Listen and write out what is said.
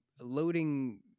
loading